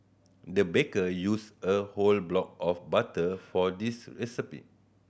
the baker used a whole block of butter for this recipe